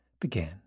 began